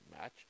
match